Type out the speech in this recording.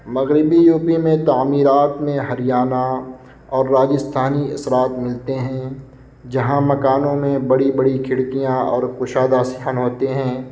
مغربی U P میں تعمیرات میں ہریانہ اور راجستھانی اثرات ملتے ہیں جہاں مکانوں میں بڑی بڑی کھڑکیاں اور کشادہ صحن ہوتے ہیں